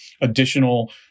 additional